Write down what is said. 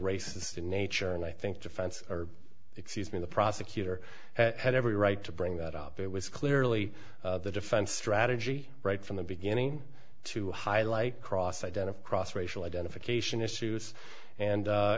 racist in nature and i think defense or excuse me the prosecutor had every right to bring that up it was clearly the defense strategy right from the beginning to highlight cross identify cross racial identification issues and